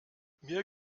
mir